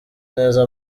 neza